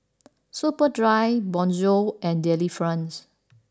Superdry Bonjour and Delifrance